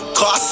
Cause